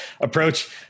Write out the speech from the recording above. approach